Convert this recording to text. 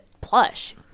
plush